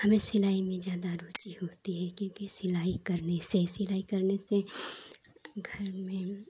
हमें सिलाई में ज़्यादा रुचि होती है क्योंकि सिलाई करने से खाली हमें